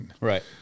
Right